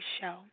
show